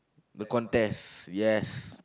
the contest yes